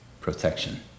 protection